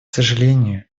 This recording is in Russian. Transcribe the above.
сожалению